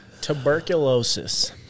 Tuberculosis